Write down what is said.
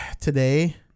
today